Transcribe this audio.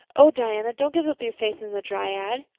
oh, diana, don't give up your faith in the dryad!